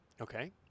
okay